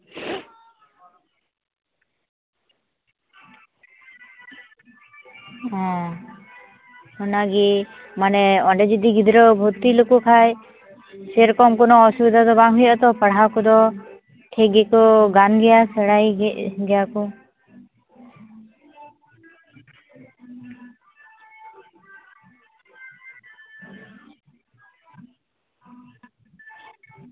ᱦᱮᱸ ᱚᱱᱟᱜᱮ ᱢᱟᱱᱮ ᱚᱸᱰᱮ ᱡᱩᱫᱤ ᱜᱤᱫᱽᱨᱟᱹ ᱵᱷᱩᱨᱛᱤ ᱞᱮᱠᱚ ᱠᱷᱟᱱ ᱥᱮᱨᱚᱠᱚᱢ ᱫᱚ ᱠᱚᱱᱳ ᱚᱥᱩᱵᱤᱫᱟ ᱫᱚ ᱵᱟᱝ ᱦᱩᱭᱩᱜᱼᱟ ᱛᱚ ᱯᱟᱲᱦᱟᱣ ᱠᱚᱫᱚ ᱴᱷᱤᱠᱜᱮᱠᱚ ᱜᱟᱱ ᱜᱮᱭᱟ ᱥᱮᱬᱟᱭ ᱜᱮᱭᱟ ᱠᱚ